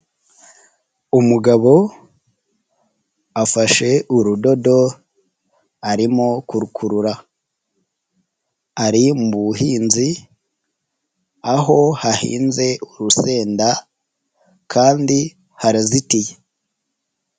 Umugabo afashe urudodo arimo kurukurura ari mu buhinzi aho hahinze urusenda kandi harazitiye.